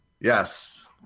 Yes